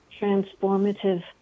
transformative